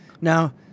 Now